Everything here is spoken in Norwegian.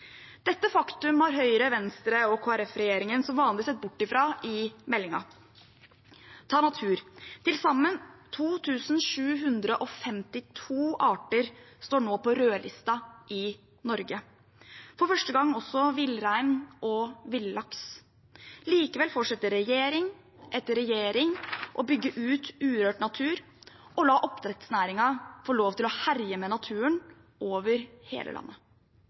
Dette faktum har Høyre-, Venstre- og Kristelig Folkeparti-regjeringen som vanlig sett bort fra i meldingen. Ta natur: Til sammen 2 752 arter står nå på rødlista i Norge – for første gang også villrein og villaks. Likevel fortsetter regjering etter regjering å bygge ut urørt natur og la oppdrettsnæringen få lov til å herje med naturen over hele landet.